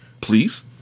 please